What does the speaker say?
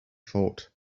thought